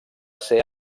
ser